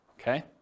okay